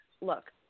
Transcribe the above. Look